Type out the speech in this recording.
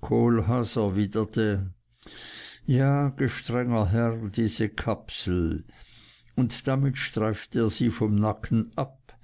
kohlhaas erwiderte ja gestrenger herr diese kapsel und damit streifte er sie vom nacken ab